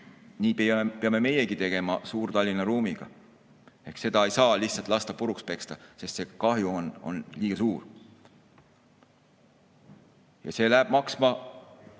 nii peame meiegi tegema Suur‑Tallinna ruumiga. Seda ei saa lasta lihtsalt puruks peksta, sest kahju on liiga suur. See läheb maksma